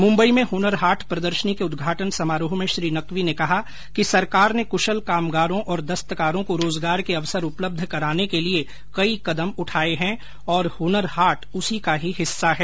मुम्बई में हुनर हाट प्रदर्शनी के उदघाटन समारोह में श्री नकवी ने कहा कि सरकार ने कुशल कामगारों और दस्तकारों को रोजगार के अवसर उपलब्ध कराने के लिए कई कदम उठाये हैं और हुनर हाट उसी का ही हिस्सा हैं